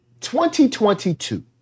2022